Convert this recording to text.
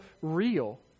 real